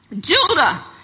Judah